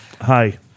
Hi